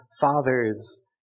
fathers